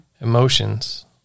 emotions